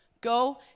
Go